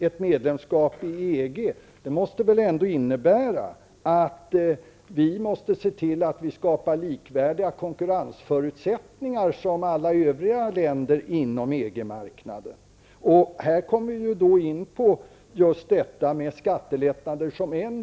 Ett medlemskap i EG innebär väl ändå att Sverige måste se till att det i Sverige skapas konkurrensförutsättningar likvärdiga med de konkurrensförutsättningar som man har i alla övriga länder inom EG-markanden. I det sammanhanget utgör skattelättnader en del.